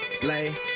Play